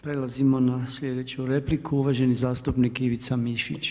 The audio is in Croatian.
Prelazimo na sljedeću repliku, uvaženi zastupnik Ivica Mišić.